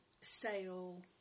sale